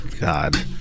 God